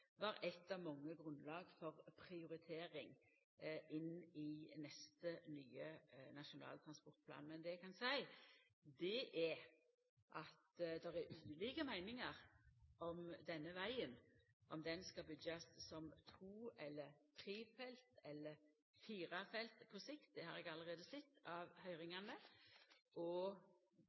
av mange grunnlag for prioriteringar i neste Nasjonal transportplan. Men det eg kan seia, er at det er ulike meiningar om denne vegen – om han skal byggjast som to- eller trefelts – eller firefelts på sikt. Det har eg allereie sett av høyringane. Difor er det viktig med eit så godt grunnlag som mogleg, og